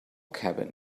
cabin